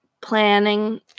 planning